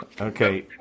Okay